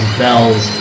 bells